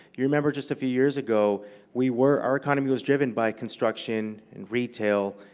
you remember just a few years ago we were our economy was driven by construction and retail